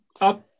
up